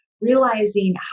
realizing